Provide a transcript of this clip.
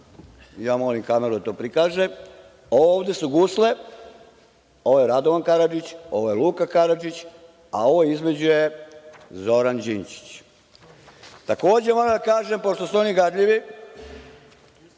pokazuje slike .)Ovde su gusle, ovo je Radovan Karadžić, ovo je Luka Karadžić, a ovo između je Zoran Đinđić. Takođe, moram da kažem, pošto su oni gadljivi